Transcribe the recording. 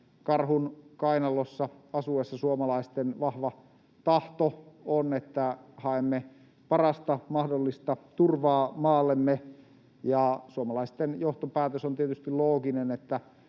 karhun kainalossa asuessa suomalaisten vahva tahto on, että haemme parasta mahdollista turvaa maallemme. Suomalaisten johtopäätös on tietysti looginen,